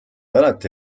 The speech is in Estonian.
alati